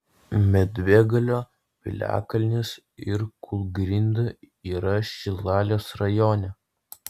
medvėgalio piliakalnis ir kūlgrinda yra šilalės rajone